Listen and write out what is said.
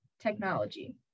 technology